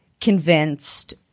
convinced